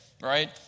right